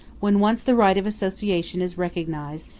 when once the right of association is recognized,